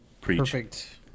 perfect